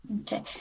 okay